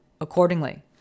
accordingly